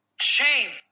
Shame